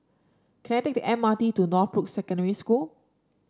can I take the M R T to Northbrook Secondary School